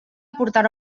portarà